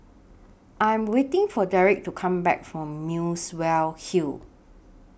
I Am waiting For Derik to Come Back from Muswell Hill